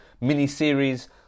mini-series